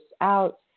out